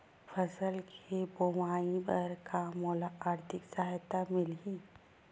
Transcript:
फसल के बोआई बर का मोला आर्थिक सहायता मिलही?